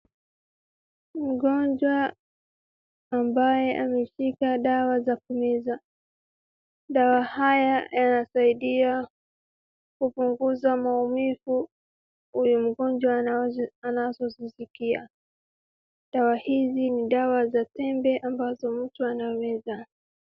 Mgonjwa ambaye ameshika dawa za kumeza. Dawa haya yanasaidia kupunguza maumivu huyu mgonjwa anazozisikia. Dawa hizi ni za tembe ambazo mtu anameza.